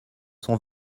sont